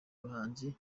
bahanzi